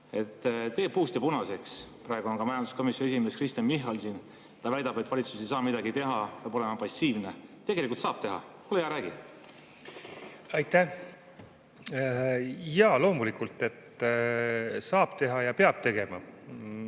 Tee puust ja punaseks. Praegu on ka majanduskomisjoni esimees Kristen Michal siin. Tema väidab, et valitsus ei saa midagi teha, peab olema passiivne. Tegelikult saab teha. Ole hea, räägi! Aitäh! Jaa, loomulikult saab teha ja peab tegema.